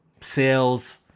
sales